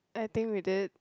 I think we did